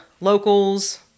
locals